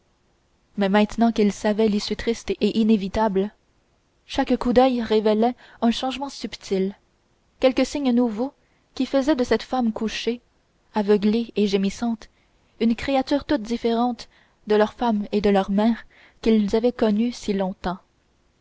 mais maintenant qu'ils savaient l'issue triste et inévitable chaque coup d'oeil révélait un changement subtil quelque signe nouveau qui faisait de cette femme couchée aveuglée et gémissante une créature toute différente de leur femme et de leur mère quels avaient connue si longtemps